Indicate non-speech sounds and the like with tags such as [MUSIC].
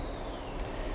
[BREATH]